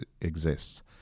exists